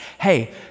hey